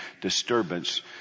disturbance